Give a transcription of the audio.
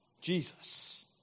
Jesus